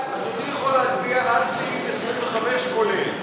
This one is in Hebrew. אדוני יכול להצביע עד סעיף 25, כולל.